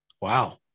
Wow